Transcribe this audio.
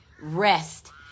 rest